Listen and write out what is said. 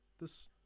this-